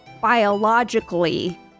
biologically